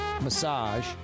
Massage